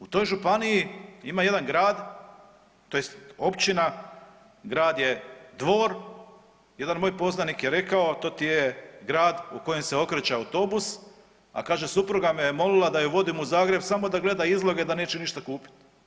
U toj županiji ima jedan grad tj. općina, grad je Dvor, jedan moj poznanik je rekao to ti je grad u kojem se okreće autobus, a kaže supruga me je molila da ju vodim u Zagreb samo da gleda izloge da neće ništa kupit.